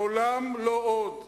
לעולם לא עוד.